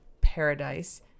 Paradise